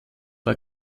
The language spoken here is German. war